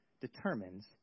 determines